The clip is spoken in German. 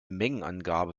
mengenangabe